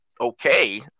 okay